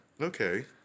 Okay